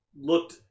looked